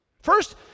First